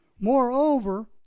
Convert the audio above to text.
Moreover